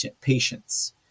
patients